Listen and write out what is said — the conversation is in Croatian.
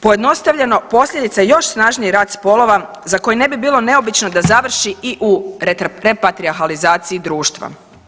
Pojednostavljeno, posljedica još snažniji rat spolova za koji ne bi bilo neobično da završi i u repatrijahalizaciji društva.